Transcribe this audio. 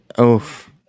Oof